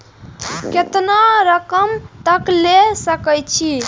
केतना रकम तक ले सके छै?